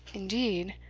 indeed?